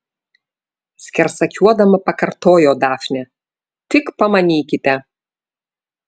skersakiuodama pakartojo dafnė tik pamanykite